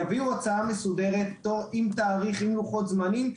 יביאו הצעה מסודרת עם לוחות זמנים,